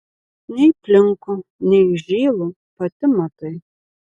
nei plinku nei žylu pati matai